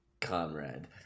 comrade